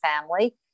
family